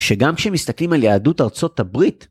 שגם כשמסתכלים על יהדות ארצות הברית